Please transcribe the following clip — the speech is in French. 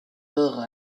alors